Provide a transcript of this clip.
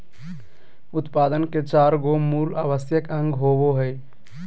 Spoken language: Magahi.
उत्पादन के चार गो मूल आवश्यक अंग होबो हइ